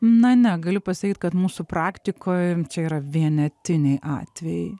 na ne galiu pasakyt kad mūsų praktikoj čia yra vienetiniai atvejai